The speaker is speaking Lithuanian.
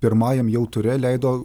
pirmajam jau ture leido